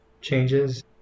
changes